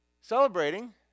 celebrating